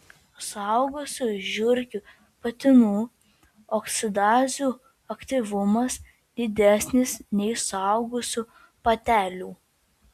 suaugusių žiurkių patinų oksidazių aktyvumas didesnis nei suaugusių patelių